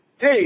Hey